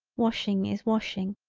washing is washing.